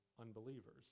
unbelievers